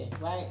right